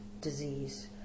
disease